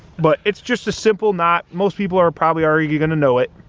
but it's just a simple knot most people are probably already gonna know it